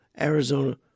Arizona